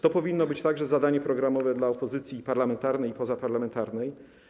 To powinno być także zadanie programowe opozycji parlamentarnej i pozaparlamentarnej.